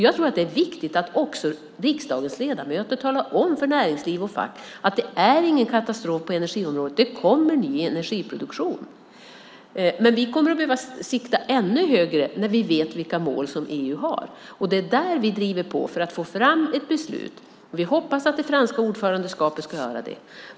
Det är viktigt att riksdagens ledamöter talar om för näringsliv och fack att det inte är någon katastrof på energiområdet. Det kommer ny energiproduktion. Men vi kommer att behöva sikta ännu högre när vi vet vilka mål som EU har. Det är där vi driver på för att få fram ett beslut, och vi hoppas att det franska ordförandeskapet ska göra det.